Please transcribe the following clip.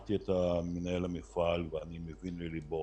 שמעתי את מנהל המפעל ואני מבין ללבו.